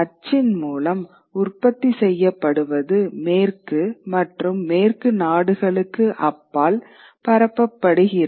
அச்சின் மூலம் உற்பத்தி செய்யப்படுவது மேற்கு மற்றும் மேற்கு நாடுகளுக்கு அப்பால் பரப்பப்படுகிறது